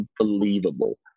unbelievable